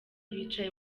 bicaye